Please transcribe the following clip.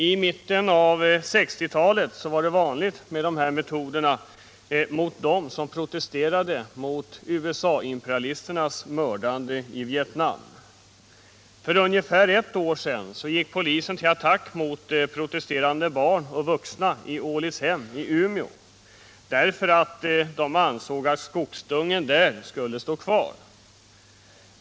I mitten av 1960-talet var det vanligt med dessa metoder mot dem som protesterade mot USA imperialisternas mördande i Vietnam. För ungefär ett år sedan gick polisen till attack mot protesterande barn och vuxna i Ålidshem i Umeå, därför att de ansåg att skogsdungen där skulle stå kvar.